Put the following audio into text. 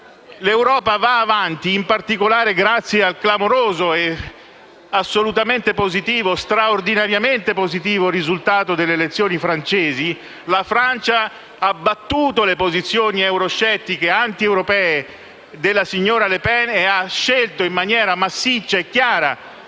L'Europa va avanti, in particolare grazie al clamoroso e straordinariamente positivo risultato delle elezioni francesi: la Francia ha battuto le posizioni euroscettiche e antieuropee della signora Le Pen e ha scelto, in maniera massiccia e chiara,